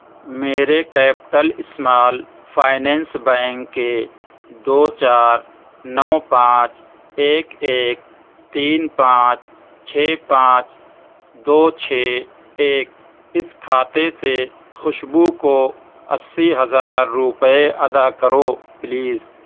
میرے capital small finance bank کے دو چار نو پانچ ایک ایک تین پانچ چھ پانچ دو چھ ایک اس کھاتے سے خوشبو کو اسی ہزار روپے ادا کرو پلیز